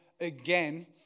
again